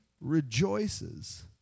rejoices